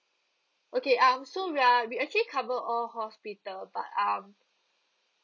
okay um so we are we actually cover all hospital but um